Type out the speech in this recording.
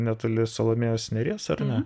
netoli salomėjos nėries ar ne